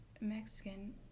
Mexican